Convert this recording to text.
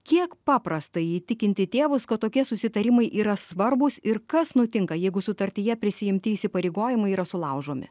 kiek paprasta įtikinti tėvus kad tokie susitarimai yra svarbūs ir kas nutinka jeigu sutartyje prisiimti įsipareigojimai yra sulaužomi